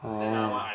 ah